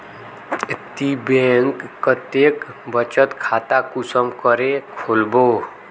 ती बैंक कतेक बचत खाता कुंसम करे खोलबो?